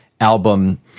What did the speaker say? album